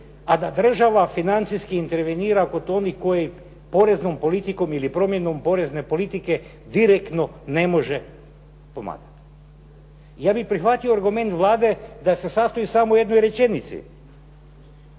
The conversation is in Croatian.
a da država financijskih intervenira kod onih koji poreznom politikom ili promjenom porezne politike direktno ne može pomagati. Ja bih prihvatio argument Vlade da se sastoji samo u jednoj rečenici,